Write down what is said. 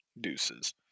deuces